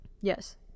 Yes